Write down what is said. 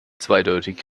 zweideutig